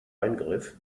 eingriff